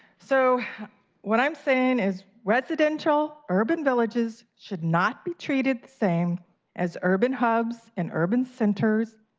so what i'm saying is residential urban villages should not be treated the same as urban hubs and urban centers.